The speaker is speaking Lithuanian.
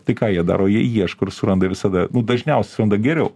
tai ką jie daro jie ieško ir suranda visada nu dažniausiai suranda geriau